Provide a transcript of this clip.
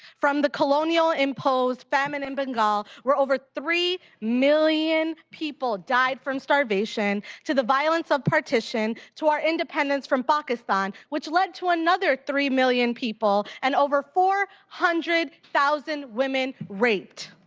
from the colonial and post-famine in bengal, where over three million people died from starvation, to the violence of partition, to the independence from pakistan, which led to another three million people, and over four hundred thousand women raped.